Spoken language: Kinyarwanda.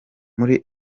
muri